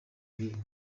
ibihe